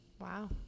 wow